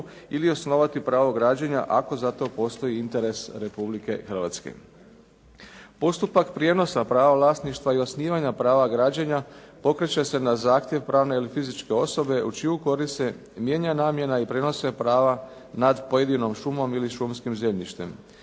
ili osnovati pravo građenja ako za to postoji interes Republike Hrvatske. Postupak prijenosa prava vlasništva i osnivanja prava građenja pokreće se na zahtjev pravne ili fizičke osobe u čiju korist se mijenja namjena i prenose prava nad pojedinom šumom ili šumskim zemljištem.